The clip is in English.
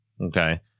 Okay